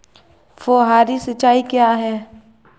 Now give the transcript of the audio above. फुहारी सिंचाई क्या है?